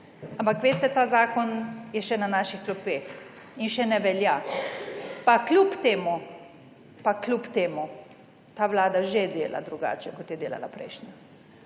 Ampak veste, ta zakon je še na naših klopeh in še ne velja, pa kljub temu ta vlada že dela drugače, kot je delala prejšnja.